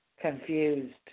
confused